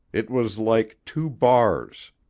it was like two bars.